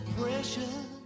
precious